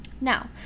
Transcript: now